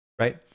right